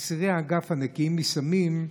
אסירי אגף "נקיים מסמים"